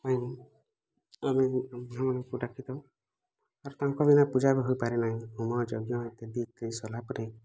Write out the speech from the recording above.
ପାଇଁ ଆମେ ବ୍ରାହ୍ମଣମାନଙ୍କୁ ଡ଼ାକି ଥାଉ ତାଙ୍କ ବିନା ପୂଜା ବି ହୋଇପାରେ ନାହିଁ ହୋମ ଯଜ୍ଞ ଇତ୍ୟାଦି ସରିଲା ପରେ